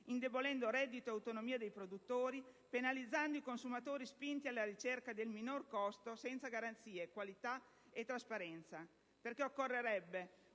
indebolendo reddito e autonomia dei produttori, penalizzando i consumatori, spinti alla ricerca del minore costo senza garanzie, qualità e trasparenza. In secondo